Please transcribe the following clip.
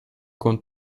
con